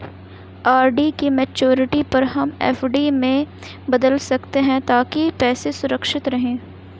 RD की maturity पर हम एफ.डी में बदल सकते है ताकि पैसे सुरक्षित रहें